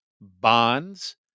bonds